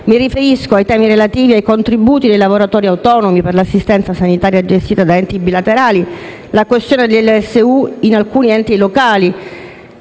Mi riferisco ai temi relativi ai contributi dei lavoratori autonomi per l'assistenza sanitaria gestita da enti bilaterali; alla questione dei lavoratori